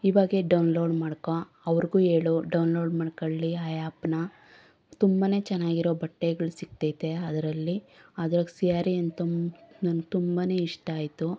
ಇವಾಗ್ಲೆ download ಮಾಡ್ಕೋ ಅವ್ರಿಗೂ ಹೇಳು ಡೌನ್ಲೋಡ್ ಮಾಡಿಕೊಳ್ಳಿ ಆ ಆ್ಯಪ್ನ ತುಂಬನೇ ಚೆನ್ನಾಗಿರೋ ಬಟ್ಟೆಗ್ಳು ಸಿಕ್ತೈತೆ ಅದರಲ್ಲಿ ಅದ್ರಾಗೆ ಸ್ಯಾರಿ ಅಂತೂ ನನಗೆ ತುಂಬನೇ ಇಷ್ಟ ಆಯಿತು